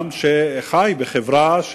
וגם כמי שחי בחברה.